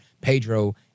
Pedro